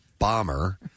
Bomber